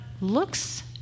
looks